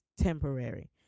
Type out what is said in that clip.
temporary